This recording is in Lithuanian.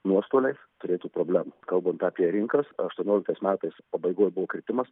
nuostoliais turėtų problemų kalbant apie rinkas aštuonioliktais metais pabaigoj buvo kritimas